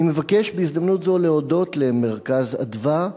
אני מבקש בהזדמנות זו להודות ל"מרכז אדוה",